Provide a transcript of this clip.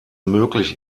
möglich